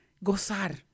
gozar